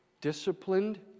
disciplined